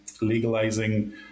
legalizing